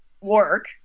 work